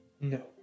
No